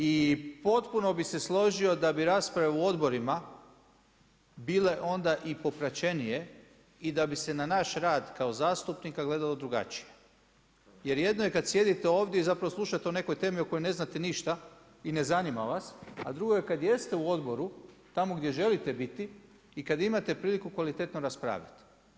I potpuno bi se složio da bi rasprave u odborima bile onda i popraćenije i da bi se na naš rad kao zastupnika, gledalo drugačije jer jedno je kad sjedite ovdje i zapravo slušate o nekoj temi o kojoj ne znate ništa i ne zanima vas, a drugo je kad jeste u odboru tamo gdje želite biti i kad imate priliku kvalitetno raspraviti.